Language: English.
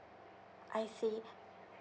I see